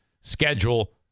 schedule